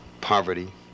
poverty